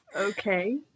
Okay